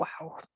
Wow